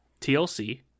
TLC